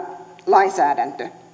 lainsäädäntö